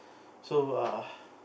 so uh